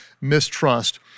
mistrust